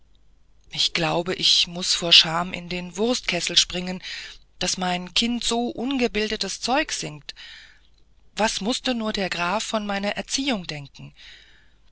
ich glaube ich muß vor scham in den wurstkessel springen daß mein kind so ungebildetes zeug singt was mußte nur der graf von meiner erziehung denken